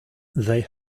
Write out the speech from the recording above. they